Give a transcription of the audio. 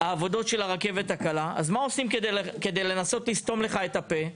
העבודות של הרכבת הקלה אז מה עושים כדי לנסות לסתום לך את הפה?